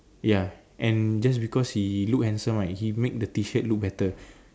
ya and just because he look handsome right he make the t shirt look better